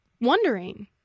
wondering